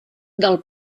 del